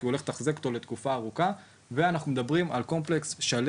כי הוא הולך לתחזק אותו לתקופה ארוכה ואנחנו מדברים פה על קומפלקס שלם,